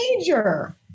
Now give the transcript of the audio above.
major